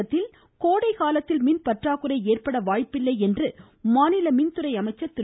தமிழகத்தில் வரும் கோடைக்காலத்தில் மின் பற்றாக்குறை ஏற்பட வாய்ப்பு இல்லை என மாநில மின்துறை அமைச்சர் திரு